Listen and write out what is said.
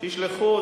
שישלחו.